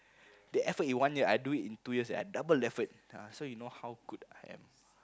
the effort in one year I do it in two years and I double effort ah so you know how good I am